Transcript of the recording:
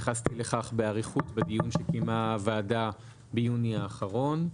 התייחסתי לכך באריכות בדיון שקיימה הוועדה ביוני האחרון,